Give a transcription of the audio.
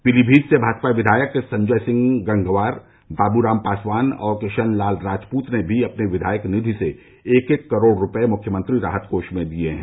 पीलीभीत से भाजपा विधायक संजय सिंह गंगवार बाबूराम पासवान और किशन लाल राजपूत ने भी अपनी विधायक निधि से एक एक करोड़ रूपये मुख्यमंत्री राहत कोष में दिए हैं